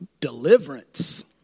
deliverance